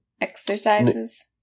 exercises